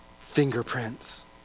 fingerprints